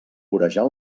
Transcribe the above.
vorejar